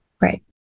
Right